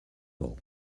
hall